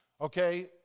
Okay